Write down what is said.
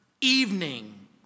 evening